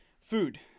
Food